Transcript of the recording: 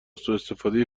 سوءاستفاده